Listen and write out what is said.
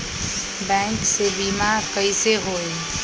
Bank से बिमा कईसे होई?